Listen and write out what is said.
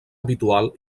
habitual